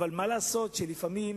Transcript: אבל מה לעשות שלפעמים,